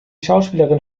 schauspielerin